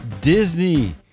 Disney